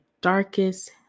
darkest